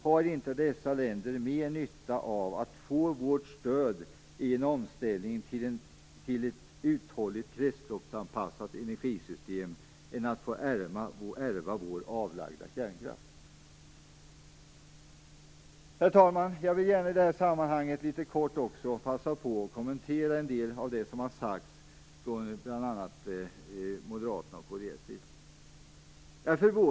Har inte dessa länder mer nytta av att få vårt stöd i en omställning till ett uthålligt kretsloppsanpassat energisystem, än av att få ärva vår avlagda kärnkraft? Herr talman! Jag vill gärna i sammanhanget passa på att kommentera en del av det som har sagts från bl.a. moderaternas och kristdemokraternas sida.